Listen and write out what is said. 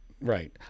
Right